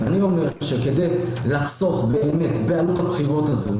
כדי לחסוך באמת בעלות מערכת הבחירות הזאת,